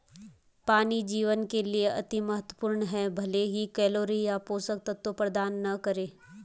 पानी जीवन के लिए अति महत्वपूर्ण है भले ही कैलोरी या पोषक तत्व प्रदान न करे